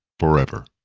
forever.